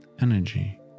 energy